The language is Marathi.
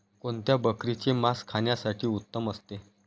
कोणत्या बकरीचे मास खाण्यासाठी उत्तम असते?